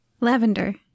Lavender